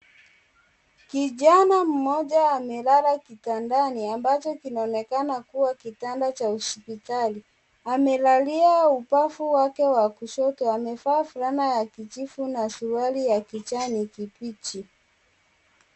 Kijana moja amelala kitandani ambacho kinaonekana kuwa kitanda cha hospitali, amelalia ubavu wake wa kushoto, amevaa fulana ya kijivu na suruali ya kijani kimbichi.